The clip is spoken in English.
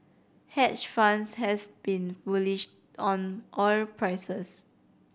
hedge funds have been bullish on oil prices